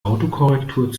autokorrektur